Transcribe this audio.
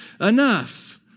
enough